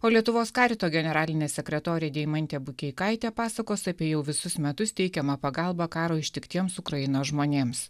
o lietuvos karito generalinė sekretorė deimantė bukeikaitė pasakos apie jau visus metus teikiamą pagalbą karo ištiktiems ukrainos žmonėms